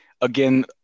again